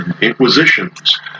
inquisitions